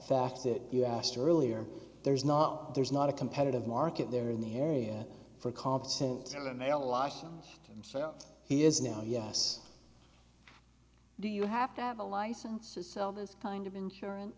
fact that you asked earlier there's not there's not a competitive market there in the area for competent maalox so he is now yes do you have to have a license to sell this kind of insurance